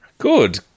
Good